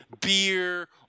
beer –